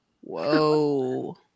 Whoa